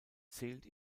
zählt